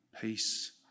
peace